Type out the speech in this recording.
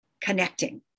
connecting